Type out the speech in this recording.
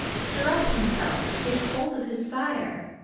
stir up himself to take hold of his sire.